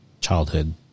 childhood